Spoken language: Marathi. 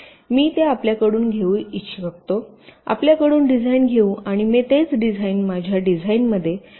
मी ते आपल्याकडून घेऊ शकतो आपल्याकडून डिझाइन घेऊ आणि मी तेच डिझाइन माझ्या डिझाइनमध्ये ठेवू शकतो